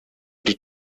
die